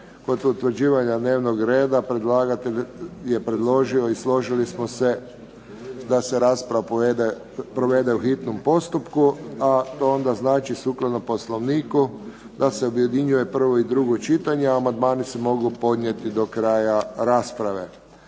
Kod utvrđivanja dnevnog reda predlagatelj je predložio i složili smo se da se rasprava provede u hitnom postupku a to onda znači sukladno Poslovniku da se objedinjuje prvo i drugo čitanje. Amandmani se mogu podnijeti do kraja rasprave.